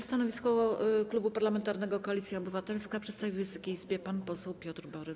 Stanowisko Klubu Parlamentarnego Koalicja Obywatelska przedstawi Wysokiej Izbie pan poseł Piotr Borys.